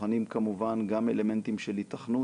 בוחנים כמובן גם אלמנטים של היתכנות.